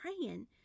praying